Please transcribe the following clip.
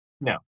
No